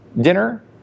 dinner